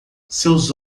seus